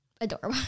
adorable